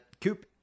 Coop